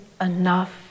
enough